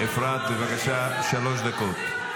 אפרת, בבקשה, שלוש דקות.